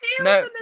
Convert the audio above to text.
No